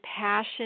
passion